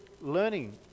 learning